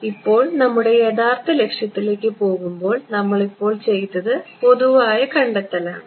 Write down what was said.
അതിനാൽ ഇപ്പോൾ നമ്മുടെ യഥാർത്ഥ ലക്ഷ്യത്തിലേക്ക് പോകുമ്പോൾ നമ്മൾ ഇപ്പോൾ ചെയ്തത് പൊതുവായ കണ്ടെത്തലാണ്